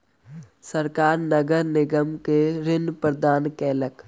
राज्य सरकार नगर निगम के ऋण प्रदान केलक